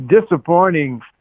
disappointing